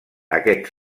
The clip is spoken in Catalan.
aquest